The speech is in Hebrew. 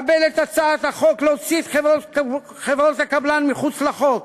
קבל את הצעת החוק להוצאת חברות הקבלן מחוץ לחוק.